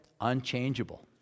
unchangeable